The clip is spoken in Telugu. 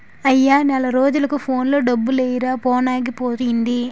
అయ్యా నెల రోజులకు ఫోన్లో డబ్బులెయ్యిరా ఫోనాగిపోయింది